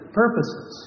purposes